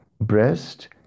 breast